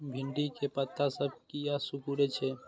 भिंडी के पत्ता सब किया सुकूरे छे?